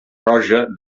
roja